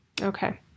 Okay